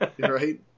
right